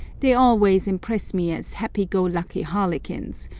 they always impress me as happy-go-lucky harlequins,